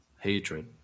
Hatred